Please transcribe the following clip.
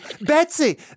Betsy